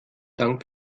dank